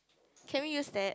can we use that